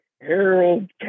Harold